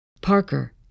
Parker